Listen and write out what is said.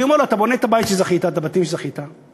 אני אומר לו: אתה בונה את הבתים שזכית בהם,